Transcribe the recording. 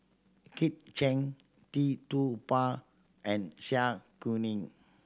Kit Chan Tee Tua Ba and Zai Kuning